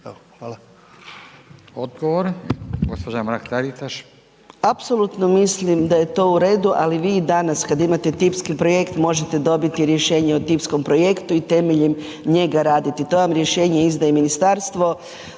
**Mrak-Taritaš, Anka (GLAS)** Apsolutno mislim da je to u redu. Ali vi i danas kada imate tipski projekt možete dobiti rješenje o tipskom projektu i temeljem njega raditi. To vam rješenje izdaje Ministarstvo.